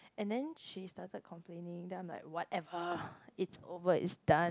and then she started complaining then I'm like whatever it's over it's done